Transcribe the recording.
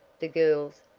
the girls,